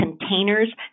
containers